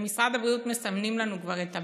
במשרד הבריאות מסמנים לנו כבר את הבא,